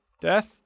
Death